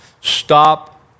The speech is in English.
stop